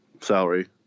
salary